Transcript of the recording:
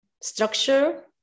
structure